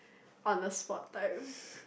on the spot type